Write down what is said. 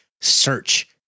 search